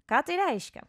ką tai reiškia